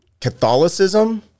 Catholicism